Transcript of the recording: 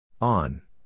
On